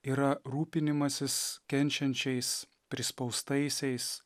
yra rūpinimasis kenčiančiais prispaustaisiais